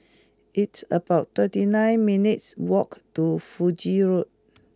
it's about thirty nine minutes' walk to Fiji Road